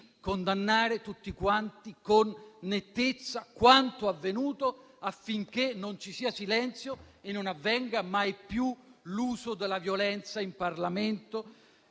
condannare tutti quanti con nettezza quanto avvenuto, affinché non ci sia silenzio e non avvenga mai più l'uso della violenza in Parlamento,